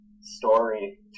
story